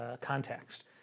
context